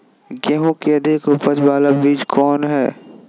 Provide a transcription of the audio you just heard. गेंहू की अधिक उपज बाला बीज कौन हैं?